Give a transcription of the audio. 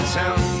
town